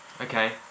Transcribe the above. Okay